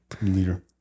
leader